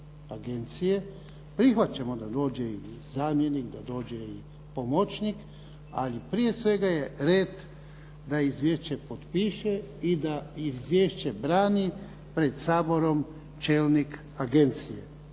agencije. Prihvaćamo da dođe i zamjenik, da dođe i pomoćnik. Ali prije svega je red da izvješće potpiše i da izvješće brani pred Saborom čelnik agencije.